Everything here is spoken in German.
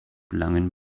langen